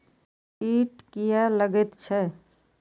कीट किये लगैत छै?